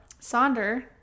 Sonder